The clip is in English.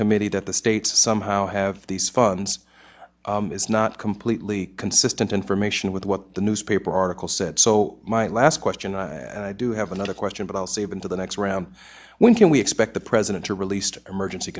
committee that the state somehow have these funds is not completely consistent information with what the newspaper article said so my last question and i do have another question but i'll save into the next round when can we expect the president to release to emergency